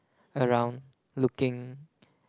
around looking